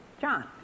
John